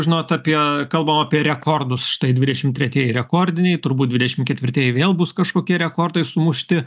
žinot apie kalbam apie rekordus štai dvidešim tretieji rekordiniai turbūt dvidešim ketvirtieji vėl bus kažkokie rekordai sumušti